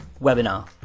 webinar